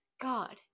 God